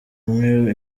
umwe